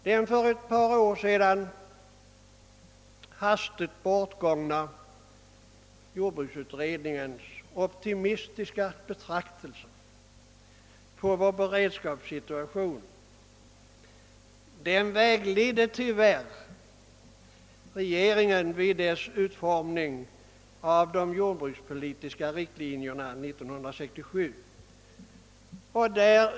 Den för ett par år sedan hastigt bortgångna jordbruksutredningens optimistiska syn på vår beredskapssituation vägledde tyvärr regeringen vid dess utformning av de jordbrukspolitiska riktlinjerna 1967.